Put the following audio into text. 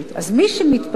מי שמתפטר,